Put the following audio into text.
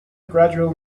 gradual